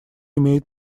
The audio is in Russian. имеет